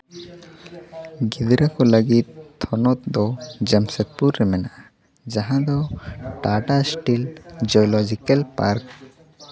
ᱜᱤᱫᱽᱨᱟᱹ ᱠᱚ ᱛᱷᱚᱱᱚᱛ ᱫᱚ ᱡᱟᱢᱥᱮᱫᱽᱯᱩᱨ ᱨᱮ ᱢᱮᱱᱟᱜᱼᱟ ᱡᱟᱦᱟᱸ ᱫᱚ ᱴᱟᱴᱟ ᱤᱥᱴᱤᱞ ᱡᱤᱭᱳᱞᱚᱡᱤᱠᱮᱞ ᱯᱟᱨᱠ